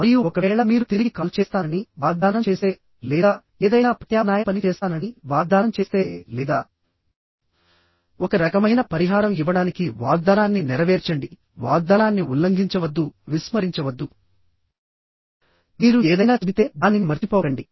మరియు ఒకవేళ మీరు తిరిగి కాల్ చేస్తానని వాగ్దానం చేస్తే లేదా ఏదైనా ప్రత్యామ్నాయ పని చేస్తానని వాగ్దానం చేస్తే లేదా ఒక రకమైన పరిహారం ఇవ్వడానికి వాగ్దానాన్ని నెరవేర్చండి వాగ్దానాన్ని ఉల్లంఘించవద్దు విస్మరించవద్దు మీరు ఏదైనా చెబితే దానిని మర్చిపోకండి